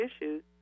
issues